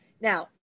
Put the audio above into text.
now